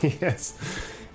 yes